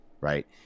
right